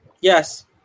Yes